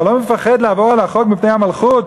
אתה לא מפחד לעבור על החוק מפני המלכות?